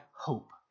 hope